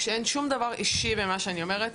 שאין שום דבר אישי במה שאני אומרת,